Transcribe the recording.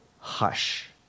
Hush